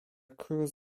crews